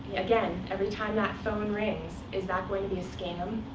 again, every time that phone rings, is that going to be a scam?